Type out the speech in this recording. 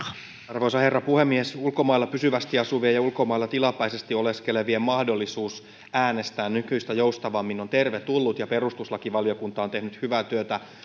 arvoisa herra puhemies ulkomailla pysyvästi asuvien ja ulkomailla tilapäisesti oleskelevien mahdollisuus äänestää nykyistä joustavammin on tervetullut ja perustuslakivaliokunta on tehnyt hyvää työtä